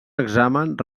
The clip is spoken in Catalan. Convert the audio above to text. examen